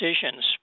decisions